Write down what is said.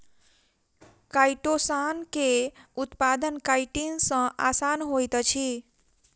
chitosan के उत्पादन chitin सॅ आसान होइत अछि